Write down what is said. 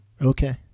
Okay